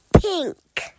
pink